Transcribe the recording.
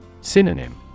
Synonym